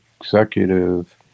Executive